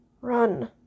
Run